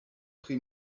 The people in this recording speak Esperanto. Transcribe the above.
pri